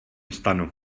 stanu